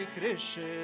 Krishna